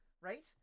right